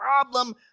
problem